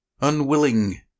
Unwilling